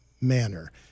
manner